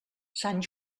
sant